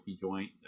joint